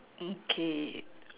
okay